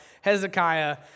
Hezekiah